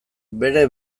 bere